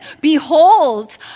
behold